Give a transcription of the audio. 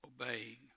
obeying